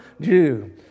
Jew